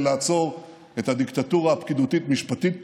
לעצור את הדיקטטורה הפקידותית-משפטית פה,